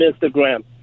Instagram